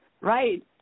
right